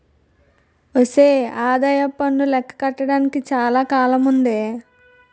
ఒసే ఆదాయప్పన్ను లెక్క కట్టడానికి చాలా కాలముందే